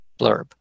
blurb